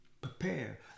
Prepare